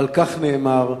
ועל כך נאמר: